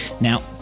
now